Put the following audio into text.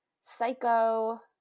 psycho